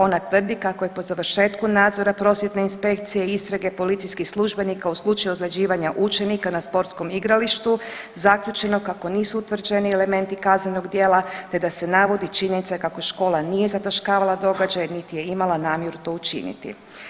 Ona tvrdi kako je po završetku nadzora prosvjetne inspekcije i istrage policijskih službenika u slučaju ozljeđivanja učenika na sportskom igralištu zaključeno kako nisu utvrđeni elementi kaznenog djela, te da se navodi činjenica kako škola nije zataškavala događaj, niti je imala namjeru to učiniti.